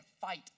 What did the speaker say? fight